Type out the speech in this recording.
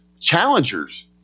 challengers